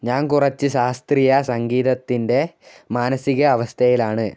ഞാന് കുറച്ച് ശാസ്ത്രീയ സംഗീതത്തിന്റെ മാനസികാവസ്ഥയില് ആണ്